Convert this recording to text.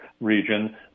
region